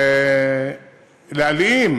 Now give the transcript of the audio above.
להלאים